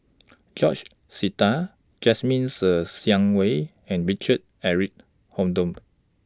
George Sita Jasmine Ser Xiang Wei and Richard Eric Holttum